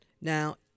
now